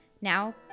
Now